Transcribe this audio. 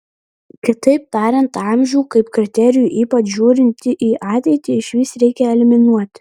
kitaip tariant amžių kaip kriterijų ypač žiūrint į ateitį išvis reikia eliminuoti